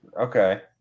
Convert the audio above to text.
Okay